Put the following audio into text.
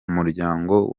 muryango